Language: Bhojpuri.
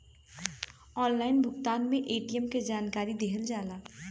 ऑनलाइन भुगतान में ए.टी.एम के जानकारी दिहल जाला?